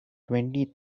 twenty